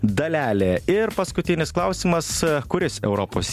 dalelė ir paskutinis klausimas kuris europos